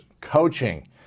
coaching